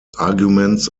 arguments